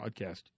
podcast